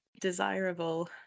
desirable